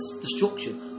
destruction